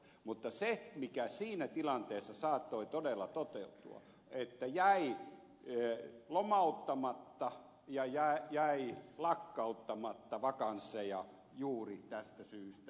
mutta se mikä siinä tilanteessa saattoi todella toteutua oli se että jäi lomauttamatta ja jäi lakkauttamatta vakansseja juuri tästä syystä